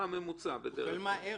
מה הממוצע בדרך כלל?